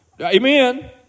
Amen